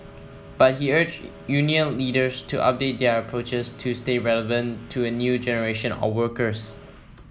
but he urged union leaders to update their approaches to stay relevant to a new generation of workers